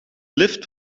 lift